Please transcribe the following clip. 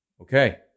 Okay